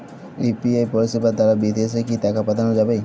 UPI পরিষেবা দারা বিদেশে কি টাকা পাঠানো যাবে?